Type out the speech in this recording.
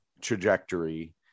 trajectory